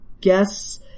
guess